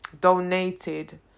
donated